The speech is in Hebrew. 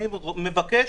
אני מבקש